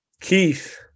keith